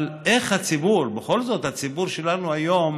אבל איך הציבור, בכל זאת, הציבור שלנו היום